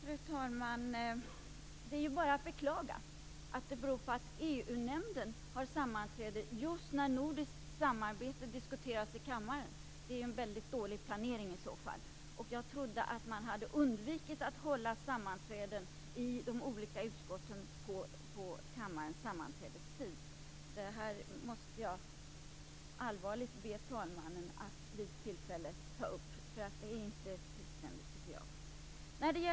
Fru talman! Det är bara att beklaga att EU nämnden har sammanträde just när nordiskt samarbete diskuteras i kammaren. Det är i så fall en väldigt dålig planering. Jag trodde att man undvek att hålla sammanträden i de olika utskotten under kammarens plenitid. Jag måste allvarligt be talmannen att vid tillfälle ta upp detta. Jag tycker inte att det är tillständigt.